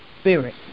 Spirit